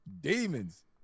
Demons